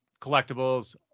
collectibles